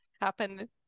happen